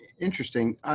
Interesting